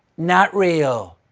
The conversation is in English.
not real.